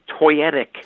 toyetic